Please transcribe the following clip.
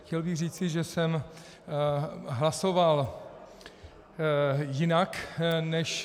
Chtěl bych říci, že jsem hlasoval jinak než...